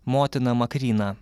motina makryna